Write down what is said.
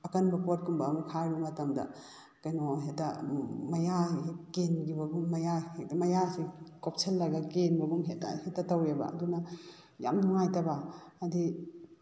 ꯑꯀꯟꯕ ꯄꯣꯠꯀꯨꯝꯕ ꯑꯃ ꯈꯥꯏꯔꯨꯕ ꯃꯇꯝꯗ ꯀꯩꯅꯣ ꯍꯦꯛꯇ ꯃꯌꯥ ꯍꯦꯛ ꯀꯦꯟꯈꯤꯕꯒꯨꯝ ꯃꯌꯥ ꯍꯦꯛꯇ ꯃꯌꯥꯁꯦ ꯀꯣꯞꯁꯜꯂꯒ ꯀꯦꯟꯕꯒꯨꯝ ꯍꯦꯛꯇ ꯍꯦꯛꯇ ꯇꯧꯋꯦꯕ ꯑꯗꯨꯅ ꯌꯥꯝ ꯅꯨꯡꯉꯥꯏꯇꯕ ꯍꯥꯏꯗꯤ